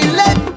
let